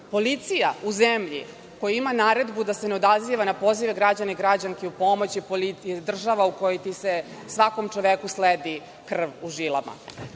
Policija u zemlji koja ima naredbu da se ne odaziva na pozive građana i građanki u pomoć je država u kojoj ti se svakom čoveku sledi krv u žilama. Dakle,